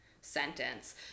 sentence